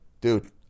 dude